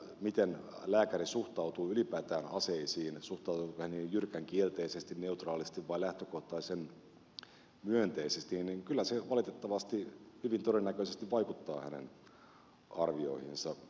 se miten lääkäri suhtautuu ylipäätään aseisiin suhtautuuko hän niihin jyrkän kielteisesti neutraalisti vai lähtökohtaisen myönteisesti kyllä valitettavasti hyvin todennäköisesti vaikuttaa hänen arvioihinsa